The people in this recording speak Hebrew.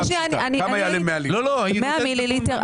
כמה יעלה 100 מיליליטר?